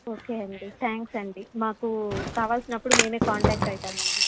okay అండి thanks అండి మాకు కావలసినప్పుడు మేము కాంటాక్ట్ అవుతాం అండి